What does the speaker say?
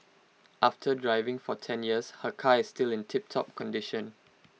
after driving for ten years her car is still in tiptop condition